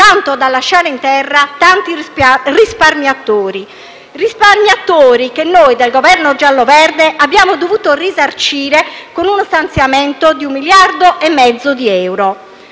tanto da lasciare in terra tanti risparmiatori, che noi del Governo giallo-verde abbiamo dovuto risarcire con uno stanziamento di un miliardo e mezzo di euro.